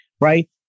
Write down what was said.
Right